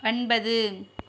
ஒன்பது